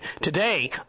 Today